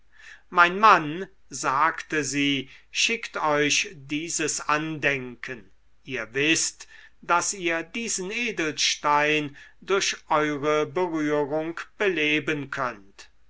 mein mann sagte sie schickt euch dieses andenken ihr wißt daß ihr diesen edelstein durch eure berührung beleben könnt